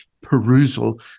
perusal